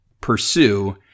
pursue